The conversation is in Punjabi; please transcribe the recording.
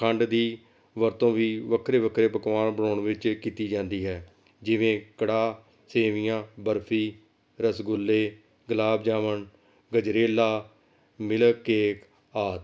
ਖੰਡ ਦੀ ਵਰਤੋਂ ਵੀ ਵੱਖਰੇ ਵੱਖਰੇ ਪਕਵਾਨ ਬਣਾਉਣ ਵਿੱਚ ਕੀਤੀ ਜਾਂਦੀ ਹੈ ਜਿਵੇਂ ਕੜਾਹ ਸੇਵੀਆਂ ਬਰਫੀ ਰਸਗੁੱਲੇ ਗੁਲਾਬ ਜਾਮੁਣ ਗਜਰੇਲਾ ਮਿਲਕ ਕੇਕ ਆਦਿ